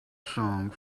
song